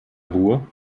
ruhr